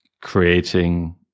creating